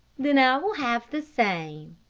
then i will have the same.